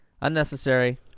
unnecessary